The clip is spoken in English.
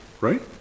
Right